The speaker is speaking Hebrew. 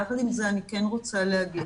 יחד עם זה אני כן רוצה להגיד,